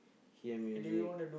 hear music